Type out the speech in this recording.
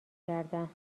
کردم